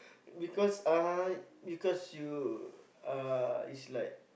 because uh because you uh is like